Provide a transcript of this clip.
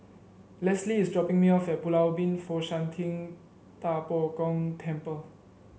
Lesley is dropping me off at Pulau Ubin Fo Shan Ting Da Bo Gong Temple